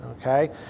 okay